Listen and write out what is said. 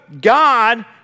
God